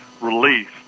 release